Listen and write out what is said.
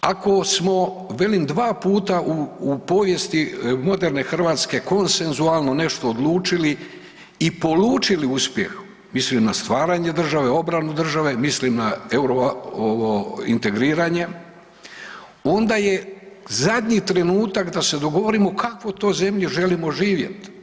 Ako smo, velim, 2 puta u povijesti moderne Hrvatske konsenzualno nešto odlučili i polučili uspjeh, mislim na stvaranje države, obranu države, mislim na ovo integriranje, onda je zadnji trenutak da se dogovorimo u kakvoj to zemlji želimo živjeti.